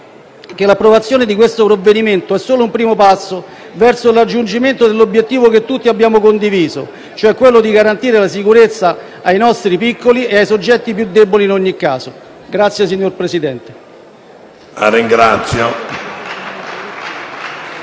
che l'approvazione del provvedimento in esame è solo un primo passo verso il raggiungimento dell'obiettivo che tutti abbiamo condiviso, cioè quello di garantire la sicurezza ai nostri piccoli e ai soggetti più deboli in ogni caso. *(Applausi dai